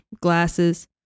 glasses